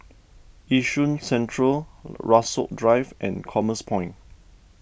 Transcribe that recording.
Yishun Central Rasok Drive and Commerce Point